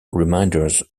reminders